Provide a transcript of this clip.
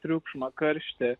triukšmą karštį